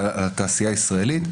על התעשייה הישראלית,